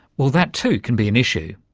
well, that too can be an issue.